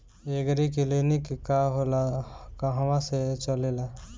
एगरी clinic का होला कहवा से चलेँला?